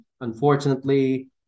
Unfortunately